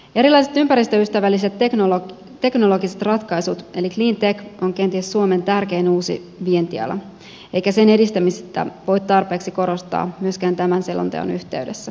erilaiset ympäristöystävälliset teknologiset ratkaisut eli cleantech on kenties suomen tärkein uusi vientiala eikä sen edistämistä voi tarpeeksi korostaa myöskään tämän selonteon yhteydessä